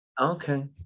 Okay